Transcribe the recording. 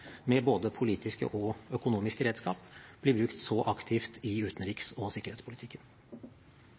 med både politiske og økonomiske redskaper, bli brukt så aktivt i utenriks- og sikkerhetspolitikken.